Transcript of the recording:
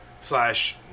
slash